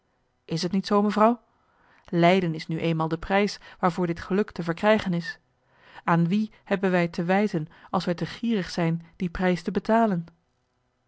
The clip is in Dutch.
is t niet zoo mevrouw lijden is nu eenmaal de prijs waarvoor dit geluk te verkrijgen is aan wie hebben wij t te wijten als wij te gierig zijn die prijs te betalen